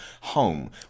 home